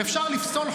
איזו הגנה יש